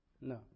No